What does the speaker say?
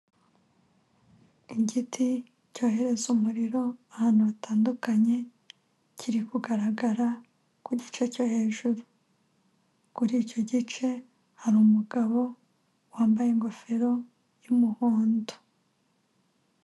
Igiti cyohereza umuriro ahantu hatandukanye, kiri kugaragara ku gice cyo hejuru, kuri icyo gice hari umugabo wambaye ingofero y'umuhondo.